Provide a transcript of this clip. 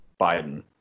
Biden